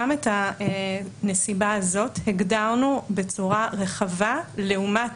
גם את הנסיבה הזאת הגדרנו בצורה רחבה לעומת